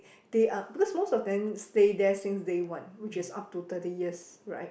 they are because most of them stay there since day one which is up to thirty years right